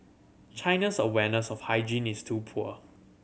China's awareness of hygiene's too poor